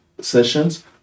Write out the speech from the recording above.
sessions